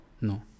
No